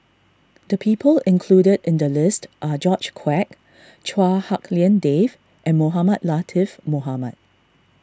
the people included in the list are George Quek Chua Hak Lien Dave and Mohamed Latiff Mohamed